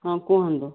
ହଁ କୁହନ୍ତୁ